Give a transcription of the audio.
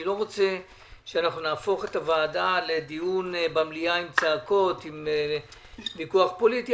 אני לא רוצה שנהפוך את הוועדה לדיון מליאה עם צעקות ועם ויכוח פוליטי.